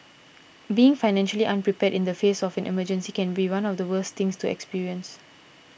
being financially unprepared in the face of an emergency can be one of the worst things to experience